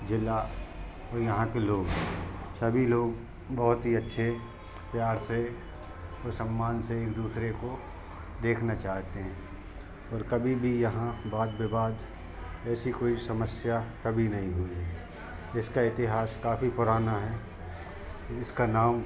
ज़िला और यहाँ के लोग सभी लोग बहुत ही अच्छे प्यार से और सम्मान से एक दूसरे को देखना चाहते हैं और कभी भी यहाँ वाद विवाद ऐसी कोई समस्या कभी नहीं हुई है इसका इतिहास काफ़ी पुराना है इसका नाम